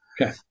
Okay